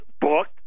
book